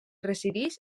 resideix